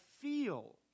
feel